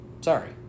sorry